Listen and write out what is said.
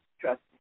Trust